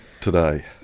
today